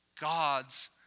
God's